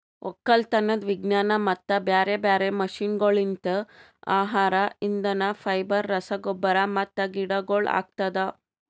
ಒಕ್ಕಲತನದ್ ವಿಜ್ಞಾನ ಮತ್ತ ಬ್ಯಾರೆ ಬ್ಯಾರೆ ಮಷೀನಗೊಳ್ಲಿಂತ್ ಆಹಾರ, ಇಂಧನ, ಫೈಬರ್, ರಸಗೊಬ್ಬರ ಮತ್ತ ಗಿಡಗೊಳ್ ಆಗ್ತದ